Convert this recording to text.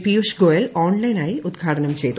പീയുഷ് ഗോയൽ ഓൺലൈനായി ഉദ്ഘാടനം ചെയ്തു